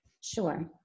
Sure